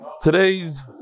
Today's